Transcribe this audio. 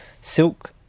silk